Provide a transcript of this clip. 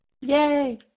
Yay